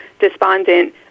despondent